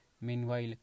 Meanwhile